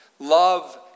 Love